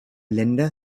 länder